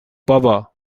بابا